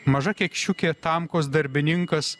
maža kekšiukė tamkos darbininkas